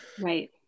Right